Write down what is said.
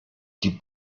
die